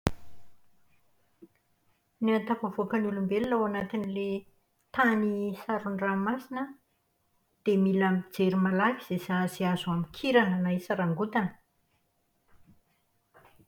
Ny hahatafavoaka ny olombelona ao anatin'ilay tany saron'ny ranomasina an, dia mila mijery malaky izay azo hamikirana na hisarangotana.